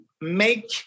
make